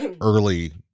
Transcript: early